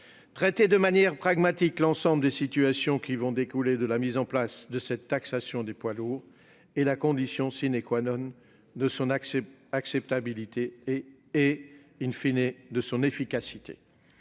Traiter de manière pragmatique l'ensemble des situations qui vont découler de la mise en place de cette taxation des poids lourds est la condition de son acceptabilité et de son efficacité.